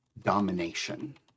domination